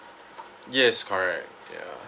yes correct ya